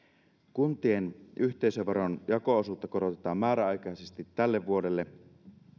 kuntien yhteisöveron jako osuutta korotetaan määräaikaisesti tälle vuodelle